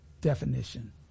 definition